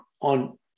on